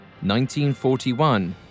1941